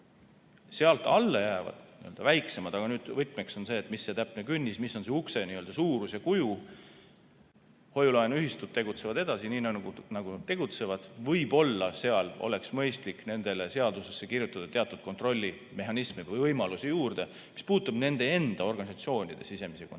Sealt alla jäävad, väiksemad – aga võtmeks on see, mis see täpne künnis on, mis on see n-ö ukse suurus ja kuju – hoiu-laenuühistud tegutsevad edasi, nii nagu tegutsevad. Võib-olla seal oleks mõistlik nendele seadusesse kirjutada teatud kontrollimehhanisme või võimalusi juurde, mis puudutab nende enda organisatsioonide sisemisi